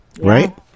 Right